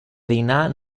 dinar